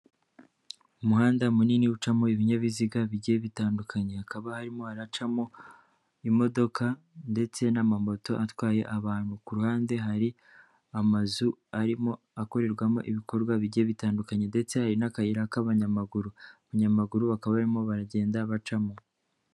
Umuhanda munini ucamo ibinyabiziga bigiye bitandukanye, hakaba harimo haracamo imodoka ndetse n'amamoto atwaye abantu, ku ruhande hari amazu arimo akorerwamo ibikorwa bigiye bitandukanye, ndetse hari n'akayira k'abanyamaguru, abanyamaguru bakaba barimo baragenda bacamo.